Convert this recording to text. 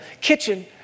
kitchen